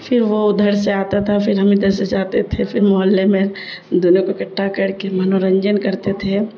پھر وہ ادھر سے آتا تھا پھر ہم ادھر سے جاتے تھے پھر محلے میں دونوں کو اکٹھا کر کے منورنجن کرتے تھے